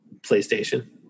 PlayStation